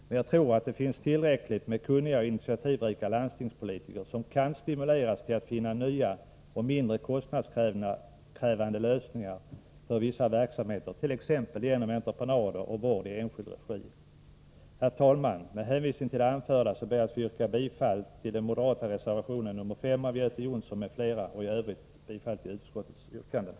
Men jag tror att det finns tillräckligt med kunniga och initiativrika landstingspolitiker som kan stimuleras till att finna nya och mindre kostnadskrävande lösningar för vissa verksamheter, t.ex. genom entreprenader och vård i enskild regi. Herr talman! Med hänvisning till det anförda ber jag att få yrka bifall till den moderata reservationen nr 5 av Göte Jonsson m.fl. och i övrigt bifall till utskottets yrkanden.